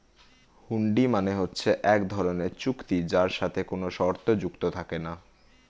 হুন্ডি মানে হচ্ছে এক ধরনের চুক্তি যার সাথে কোনো শর্ত যুক্ত থাকে না